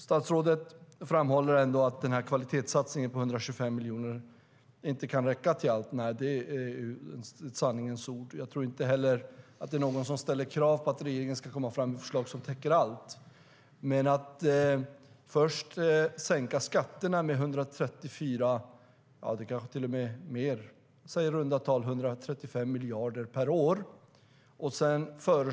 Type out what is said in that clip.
Statsrådet framhåller att kvalitetssatsningen på 125 miljoner inte kan räcka till allt. Nej, det är ett sanningens ord. Jag tror inte heller att det är någon som ställer krav på att regeringen ska komma med förslag som täcker allt. Men ni sänker först skatterna med i runda tal 135 miljarder kronor per år.